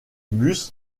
bus